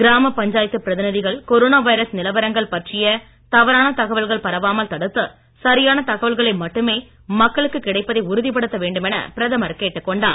கிராமப் பஞ்சாயத்துப் பிரதிநிதிகள் கொரோனா வைரஸ் நிலவரங்கள் பற்றிய தவறான தகவல்கள் பரவாமல் தடுத்து சரியான தகவல்களை மட்டுமே மக்களுக்குக் கிடைப்பதை உறுதிப்படுத்த வேண்டுமென பிரதமர் கேட்டுக்கொண்டார்